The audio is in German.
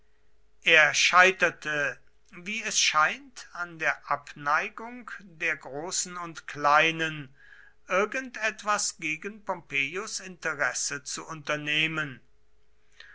er scheiterte wie es scheint an der abneigung der großen und kleinen irgend etwas gegen pompeius interesse zu unternehmen